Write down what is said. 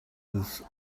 this